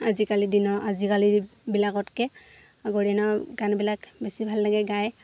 আজিকালিৰ দিনৰ আজিকালি বিলাকতকৈ আগৰ দিনৰ গানবিলাক বেছি ভাল লাগে গাই